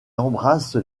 embrasse